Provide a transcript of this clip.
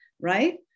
Right